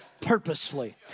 purposefully